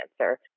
cancer